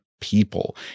people